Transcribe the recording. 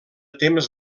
temps